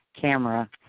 camera